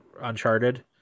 uncharted